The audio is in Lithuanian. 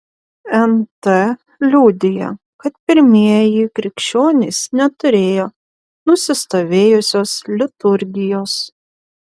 nt liudija kad pirmieji krikščionys neturėjo nusistovėjusios liturgijos